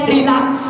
Relax